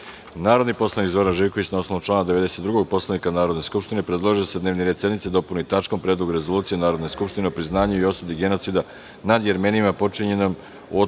poslanik Zoran Živković na osnovu člana 92. Poslovnika Narodne skupštine predložio je da se dnevni red sednice dopuni tačkom predlog rezolucije Narodne skupštine o priznanju i osudi genocida nad Jermenima počinjenom u